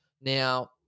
Now